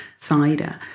cider